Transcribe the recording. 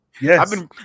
Yes